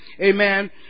Amen